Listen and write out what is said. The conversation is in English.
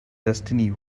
destiny